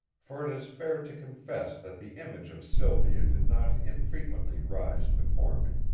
for it is fair to confess that the image of sylvia did not infrequently rise before me,